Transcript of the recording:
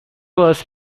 was